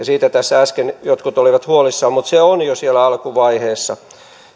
siitä tässä äsken jotkut olivat huolissaan mutta se on jo siellä alkuvaiheessa